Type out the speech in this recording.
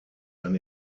ein